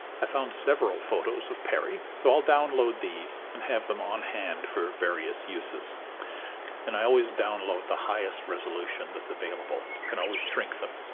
i found several photos of perry, so i'll download these and have them on hand for various uses and i always download the highest resolution that's available. i can always shrink them,